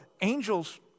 angels